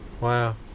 wow